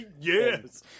yes